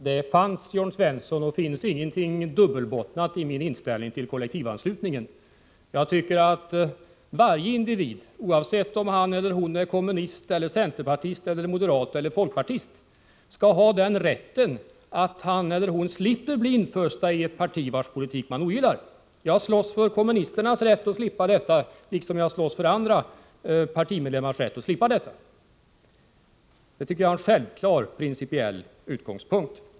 Fru talman! Det fanns och finns, Jörn Svensson, ingenting dubbelbottnat i min inställning till kollektivanslutningen. Jag tycker att varje individ, oavsett om han eller hon är kommunist eller centerpartist eller moderat eller folkpartist, skall ha rätt att slippa bli inföst i ett parti, vars politik man ogillar. Jag slåss för kommunisternas rätt att slippa detta, liksom jag slåss för andras rätt att slippa det. Detta tycker jag är en självklar principiell utgångspunkt.